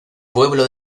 pueblo